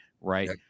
right